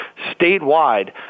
statewide